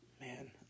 man